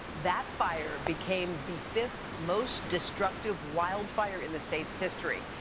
that fire became the fifth most destructive wildfire in the state's history.